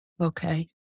Okay